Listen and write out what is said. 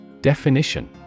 Definition